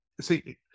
see